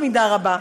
במידה רבה,